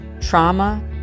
trauma